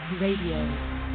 Radio